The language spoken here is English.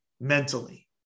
mentally